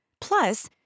Plus